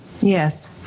Yes